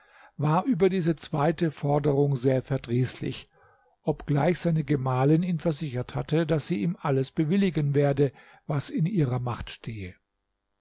war über diese zweite forderung sehr verdrießlich obgleich seine gemahlin ihn versichert hatte daß sie ihm alles bewilligen werde was in ihrer macht stehe